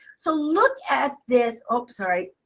so look at this. oh, sorry,